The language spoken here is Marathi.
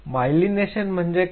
मायलिनेशन म्हणजे काय